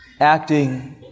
acting